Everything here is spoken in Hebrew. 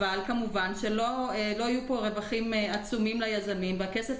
אבל כמובן תוך כדי שלא יהיו פה רווחים עצומים ליזמים והכסף